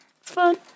fun